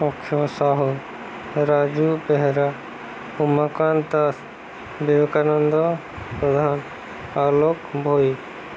Akshay Sahu Raju Behera Umakant Das Vivekananda Pradhan Alok Bhoi